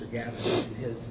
again his